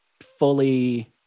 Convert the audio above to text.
fully